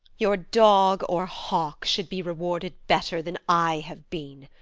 your dog or hawk should be rewarded better than i have been.